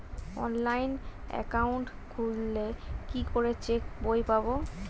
Online account খুললে কি করে চেক বই পাব?